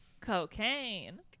Cocaine